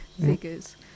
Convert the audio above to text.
figures